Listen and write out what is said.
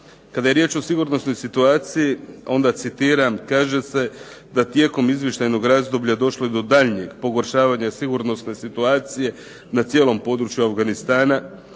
Kada je riječ o sigurnosnoj situaciji onda citiram, kaže se da tijekom izvještajnog razdoblja došlo je do daljnjeg pogoršavanja sigurnosne situacije na cijelom području Afganistana,